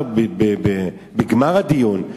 בגמר הדיון,